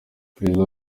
perezida